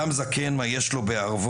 אדם זקן, מה יש לו בערבו?